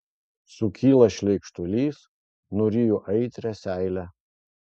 sukyla šleikštulys nuryju aitrią seilę